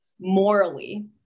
morally